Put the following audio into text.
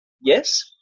yes